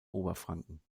oberfranken